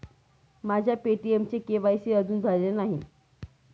माझ्या पे.टी.एमचे के.वाय.सी अजून झालेले नाही